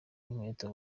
inkweto